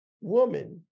woman